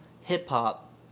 hip-hop